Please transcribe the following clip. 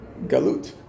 Galut